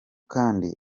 kandi